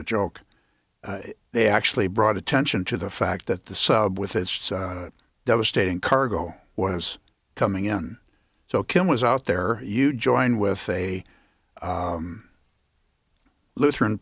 a joke they actually brought attention to the fact that the sub with its devastating cargo was coming in so kim was out there you joined with a lutheran